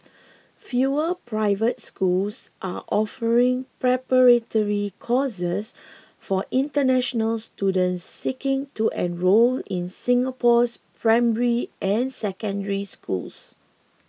fewer private schools are offering preparatory courses for international students seeking to enrol in Singapore's primary and Secondary Schools